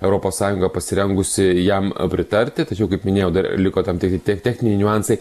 europos sąjunga pasirengusi jam pritarti tačiau kaip minėjau dar liko tam tikri tech techniniai niuansai